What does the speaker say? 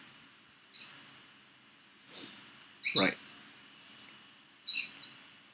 right